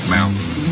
Mountain